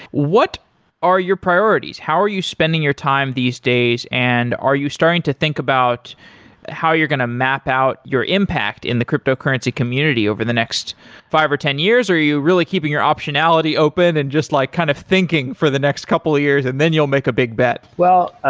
what are your priorities? how are you spending your time these days and are you starting to think about how you're going to map out your impact in the cryptocurrency community over the next five or ten years? are you really keeping your optionality open and just like kind of thinking for the next couple of years and then you'll make a big bet? well, ah